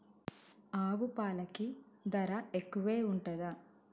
ఆవు పాలకి ధర ఎక్కువే ఉంటదా?